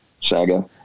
saga